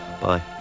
Bye